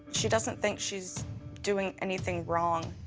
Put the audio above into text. she doesn't think she's doing anything wrong.